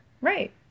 Right